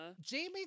Jamie